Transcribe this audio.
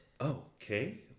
Okay